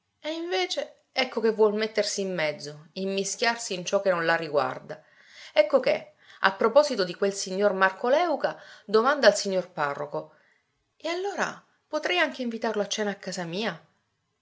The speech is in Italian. e invece ecco che vuol mettersi in mezzo immischiarsi in ciò che non la riguarda ecco che a proposito di quel signor marco léuca domanda al signor parroco e allora potrei anche invitarlo a cena a casa mia